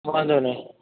વાંધો નહીં